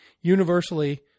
universally